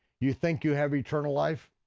you think you have eternal life,